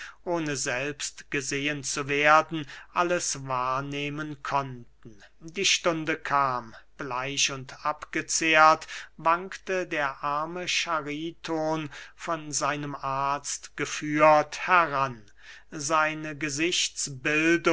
ohne selbst gesehen zu werden alles wahrnehmen konnten die stunde kam bleich und abgezehrt wankte der arme chariton von seinem arzt geführt heran seine